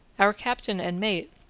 our captain and mate,